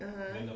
(uh huh)